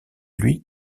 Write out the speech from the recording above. lui